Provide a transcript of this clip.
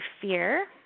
fear